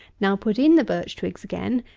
now put in the birch twigs again,